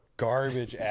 Garbage